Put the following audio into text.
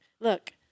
Look